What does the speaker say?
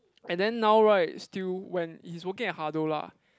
and then now right still when he's working at hado lah